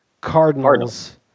Cardinals